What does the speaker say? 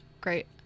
great